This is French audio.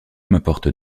m’importe